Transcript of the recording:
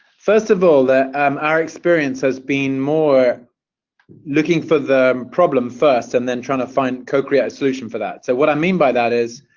first of all, um our experience has been more looking for the problem first and then trying to find co-create a solution for that. so what i mean by that is